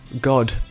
God